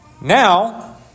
Now